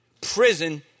Prison